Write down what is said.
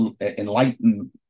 enlighten